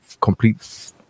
complete